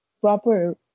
proper